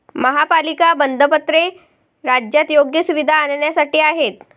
महापालिका बंधपत्रे राज्यात योग्य सुविधा आणण्यासाठी आहेत